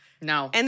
No